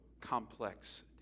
complex